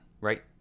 Right